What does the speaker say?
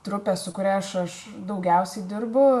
trupė su kuria aš aš daugiausiai dirbu